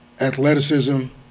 athleticism